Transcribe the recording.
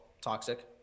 toxic